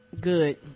Good